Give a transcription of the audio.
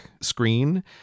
screen